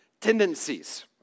tendencies